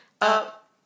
up